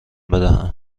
بدهم